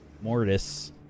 Mortis